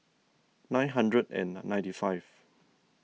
nine hundred and ninety five